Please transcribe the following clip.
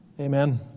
Amen